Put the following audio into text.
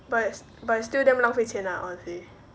but it's but it's still damn 浪费钱 ah honestly